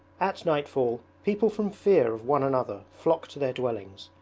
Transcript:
at nightfall people from fear of one another flock to their dwellings,